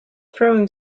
throwing